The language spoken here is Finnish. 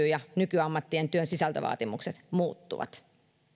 ja nykyammattien työn sisältövaatimukset muuttuvat